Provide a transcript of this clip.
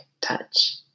touch